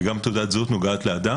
כי גם מספר תעודת זהות נוגע לאדם,